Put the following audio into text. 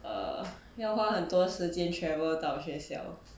err 要花很多时间 travel 到学校